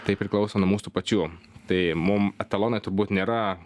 tai priklauso nuo mūsų pačių tai mum etalonai turbūt nėra